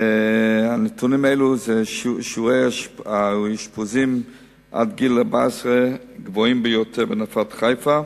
הנתונים על שיעורי האשפוזים עד גיל 14 גבוהים ביותר בנפת חיפה